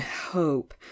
hope